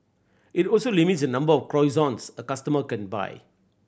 it also limits the number of croissants a customer can buy